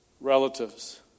relatives